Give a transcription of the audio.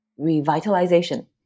revitalization